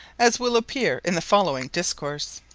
as will appeare in the following discourse.